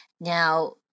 Now